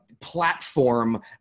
platform